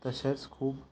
तशेंच खूब